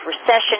recession